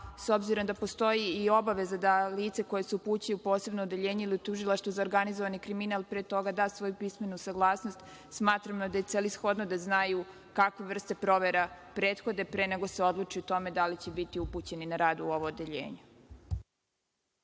s obzirom da postoji i obaveza da lice koje se upućuje u posebno odeljenje ili u tužilaštvo za organizovani kriminal pre toga da svoju pismenu saglasnost, smatramo da je celishodno da znaju kakve vrste provera prethode pre nego li se odluči da li će biti upućen na rad u ovo odeljenje.(Zoran